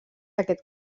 aquest